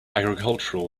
agricultural